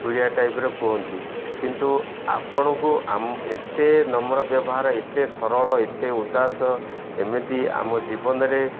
ଚୁଳିଆ ଟାଇପ୍ରେ କୁହନ୍ତି କିନ୍ତୁ ଆପଣଙ୍କୁ ଏତେ ନମ୍ର ବ୍ୟବହାର ଏତେ ସରଳ ଏତେ ଉଦାସ ଏମିତି ଆମ ଜୀବନରେ